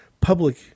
public